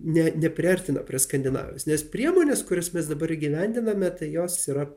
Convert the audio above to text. ne nepriartina prie skandinavijos nes priemonės kurias mes dabar įgyvendiname tai jos yra